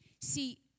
See